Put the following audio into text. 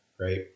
right